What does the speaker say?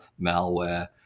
malware